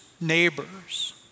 neighbors